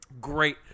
Great